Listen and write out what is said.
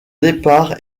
départ